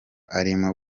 arimo